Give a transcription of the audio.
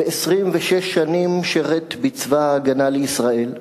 ו-26 שנים שירת בצבא-הגנה לישראל,